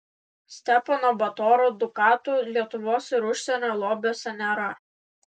stepono batoro dukatų lietuvos ir užsienio lobiuose nėra